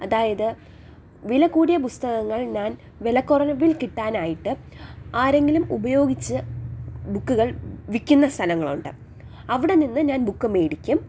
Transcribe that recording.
അതായത് വില കൂടിയ പുസ്തകങ്ങൾ ഞാൻ വിലക്കുറവിൽ കിട്ടാനായിട്ട് ആരെങ്കിലും ഉപയോഗിച്ച് ബുക്കുകൾ വിൽക്കുന്ന സ്ഥലങ്ങളുണ്ട് അവിടെ നിന്ന് ഞാൻ ബുക്ക് മേടിക്കും